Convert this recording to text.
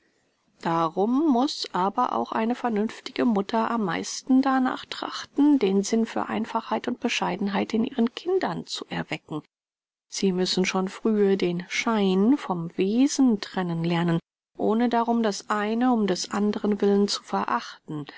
darum muß aber auch eine vernünftige mutter am meisten darnach trachten den sinn für einfachheit und bescheidenheit in ihren kindern zu erwecken sie müssen schon frühe den schein vom wesen trennen lernen ohne darum das eine um des anderen willen zu verachten